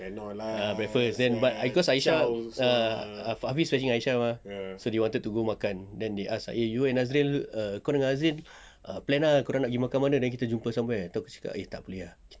ya lah breakfast but cause aisyah ah hafiz fetching aisyah mah so they wanted to go makan then they ask you and nazril kau dengan nazril plan ah nak pergi makan mana then kita jumpa somewhere tu aku cakap eh tak boleh ah